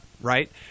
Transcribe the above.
Right